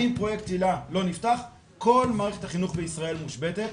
אם פרויקט היל"ה לא נפתח אז כל מערכת החינוך בישראל מושבתת.